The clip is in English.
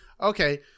Okay